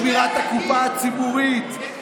בשמירת הקופה הציבורית,